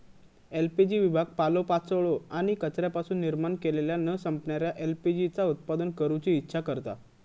LPG विभाग पालोपाचोळो आणि कचऱ्यापासून निर्माण केलेल्या न संपणाऱ्या एल.पी.जी चा उत्पादन करूची इच्छा करता